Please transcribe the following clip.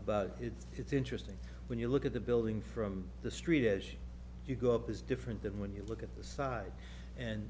about it it's interesting when you look at the building from the street as you go up is different than when you look at the side and